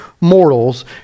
mortals